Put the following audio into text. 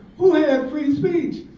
who had free speech?